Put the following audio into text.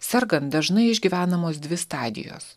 sergant dažnai išgyvenamos dvi stadijos